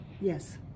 Yes